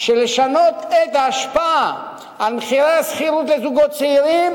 כדי לשנות את ההשפעה על מחירי השכירות לזוגות צעירים,